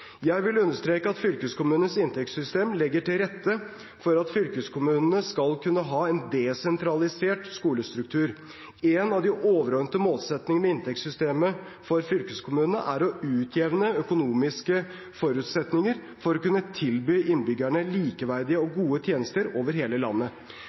Jeg vil understreke at fylkeskommunenes inntektssystem legger til rette for at fylkeskommunene skal kunne ha en desentralisert skolestruktur. En av de overordnede målsettingene i inntektssystemet for fylkeskommunene er å utjevne økonomiske forutsetninger for å kunne tilby innbyggerne likeverdige og gode tjenester over hele landet.